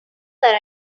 that